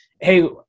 Hey